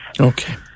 Okay